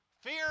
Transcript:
fear